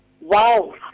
Wow